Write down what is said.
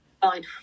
fine